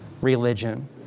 religion